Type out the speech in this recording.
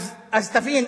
אז תבין,